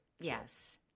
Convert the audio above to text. yes